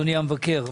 אדוני המבקר,